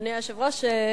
אדוני היושב-ראש,